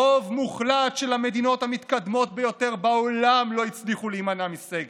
רוב מוחלט של המדינות המתקדמות ביותר בעולם לא הצליחו להימנע מסגר,